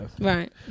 Right